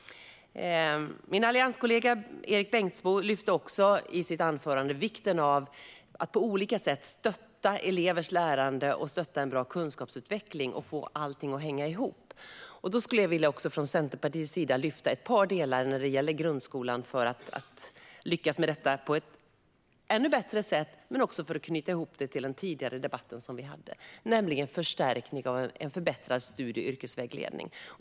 Min allianskollega Erik Bengtzboe lyfte i sitt anförande fram vikten av att på olika sätt stötta elevers lärande och en bra kunskapsutveckling och få allting att hänga ihop. Från Centerpartiets sida skulle jag vilja lyfta fram ett par delar för att lyckas med detta på ett ännu bättre sätt när det gäller grundskolan men också för att knyta ihop detta med den tidigare debatt som vi hade. Det handlar om en förbättrad studie och yrkesvägledning.